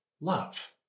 love